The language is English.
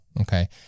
Okay